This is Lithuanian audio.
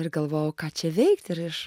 ir galvojau ką čia veikt ir iš